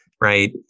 right